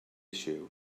issue